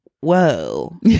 whoa